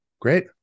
Great